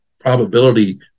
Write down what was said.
probability